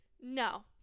No